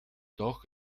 doch